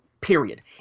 period